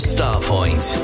StarPoint